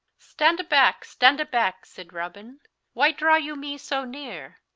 stand abacke, stand abacke, sayd robin why draw you mee so neere?